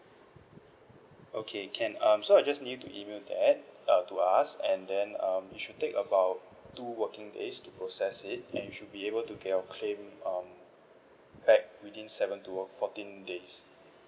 okay can um so I'll just need you to email that err to us and then um it should take about two working days to process it and you should be able to get your claim um back within seven to fourteen days